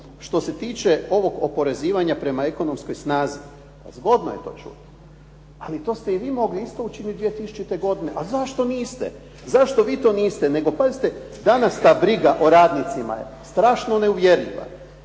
Što se tiče ovog oporezivanja prema ekonomskoj snazi, zgodno je to čuti, ali to ste i vi mogli isto učiniti 2000. godine, a zašto niste? Zašto vi to niste? Nego pazite, danas ta briga o radnicima je strašno neuvjerljiva.